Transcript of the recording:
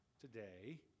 today